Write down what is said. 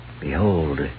Behold